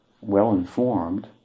well-informed